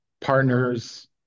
partners